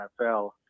NFL